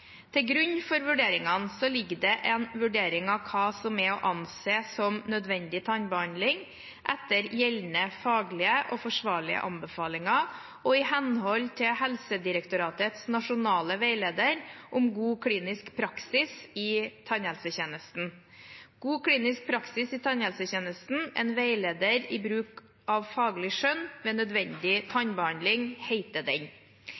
Til grunn for vurderingene ligger en vurdering av hva som er å anse som nødvendig tannbehandling etter gjeldende faglige og forsvarlige anbefalinger, og i henhold til Helsedirektoratets nasjonale veileder om god klinisk praksis i tannhelsetjenesten, «God klinisk praksis i tannhelsetjenesten – en veileder i bruk av faglig skjønn ved nødvendig tannbehandling». I den